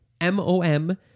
M-O-M